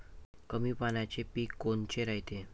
कमी पाण्याचे पीक कोनचे रायते?